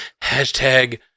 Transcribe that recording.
Hashtag